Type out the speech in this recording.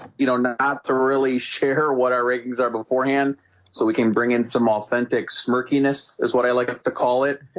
you know not ah to really share what our ratings are beforehand so we can bring in some authentic so murkiness is what i like to call it